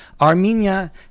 Armenia